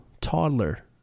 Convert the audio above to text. toddler